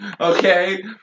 okay